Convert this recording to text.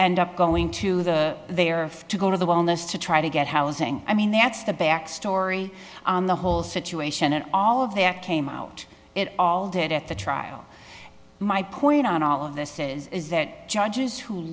end up going to the there to go to the wellness to try to get housing i mean that's the back story on the whole situation and all of that came out it all did at the trial my point on all of this is that judges who